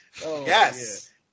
Yes